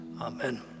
Amen